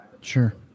Sure